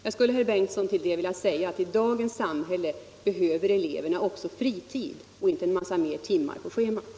Jag skulle, herr Bengtsson i schemabundet Göteborg, vilja säga: I dagens samhälle behöver eleverna också fritid ämne i grundskolan och inte en mängd ytterligare timmar på schemat!